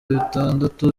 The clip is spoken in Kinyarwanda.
bitandatu